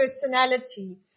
personality